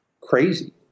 crazy